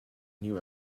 knew